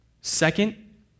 Second